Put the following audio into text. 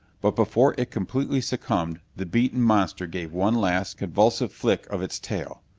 but before it completely succumbed the beaten monster gave one last, convulsive flick of its tail.